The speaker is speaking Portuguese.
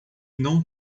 não